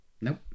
Nope